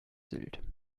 sylt